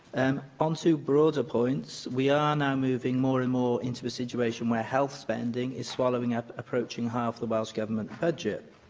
um onto broader points, we are now moving more and more into a situation where health spending is swallowing up approaching half the welsh government budget.